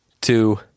two